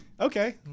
Okay